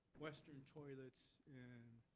western toilets and,